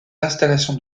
installations